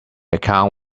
account